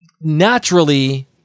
naturally